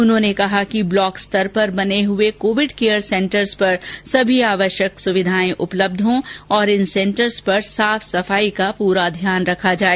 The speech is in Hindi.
उन्होंने कहा कि ब्लॉक स्तर पर बने हुए कोविड केयर सेंटर पर सभी आवश्यक सुविधा उपलब्ध हो और इन सेंटर्स पर साफ सफाई का पूरा ध्यान रखा जाए